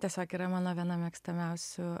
tiesiog yra mano viena mėgstamiausių